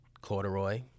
Corduroy